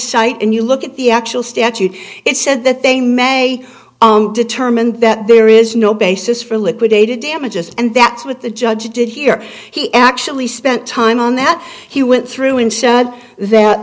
cite and you look at the actual statute it said that they may determine that there is no basis for liquidated damages and that's what the judge did here he actually spent time on that he went through and said that